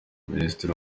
minisitiri